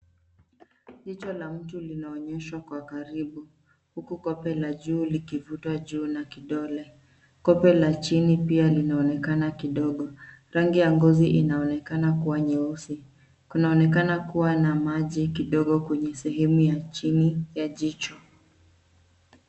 Jicho la mtu linaonyeshwa kwa karibu, huku kope la juu likivutwa juu na kidole. Kope la chini pia linaonekana kidogo. Rangi ya ngozi inaonekana kuwa nyeusi. Kunaonekana kuwa na maji kidogo kwenye sehemu ya chini ya jicho.